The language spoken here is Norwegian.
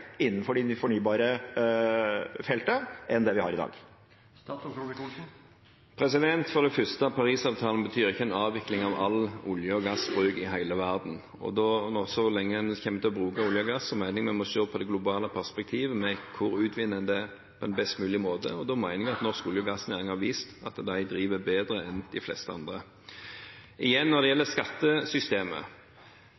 innenfor det fornybare feltet enn vi har i dag? For det første: Paris-avtalen betyr ikke en avvikling av all olje- og gassbruk i hele verden. Så lenge en kommer til å bruke olje og gass, mener jeg vi må se på det globale perspektivet med hvor en utvinner det på en best mulig måte. Da mener jeg at norsk olje- og gassnæring har vist at de driver bedre enn de fleste andre. Igjen når det